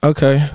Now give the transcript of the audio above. Okay